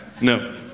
no